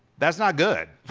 that's not good.